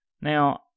Now